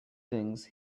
things